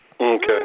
Okay